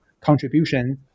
contribution